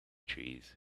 trees